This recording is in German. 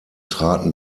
traten